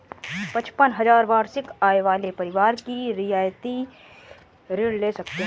पचपन हजार वार्षिक आय वाले परिवार ही रियायती ऋण ले सकते हैं